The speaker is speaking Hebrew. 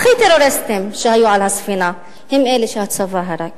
הכי טרוריסטים שהיו על הספינה, הם אלה שהצבא הרג.